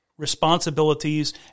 responsibilities